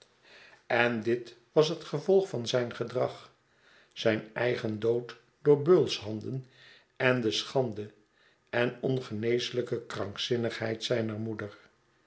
en dit was het gevolg van zijn gedrag zijn eigen dood door beulsbanden en de schande en ongeneeslijke krankzinnigheid zijner moeder